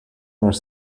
are